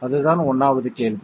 அதுதான் 1வது கேள்வி